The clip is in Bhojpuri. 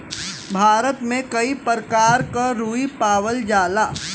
भारत में कई परकार क रुई पावल जाला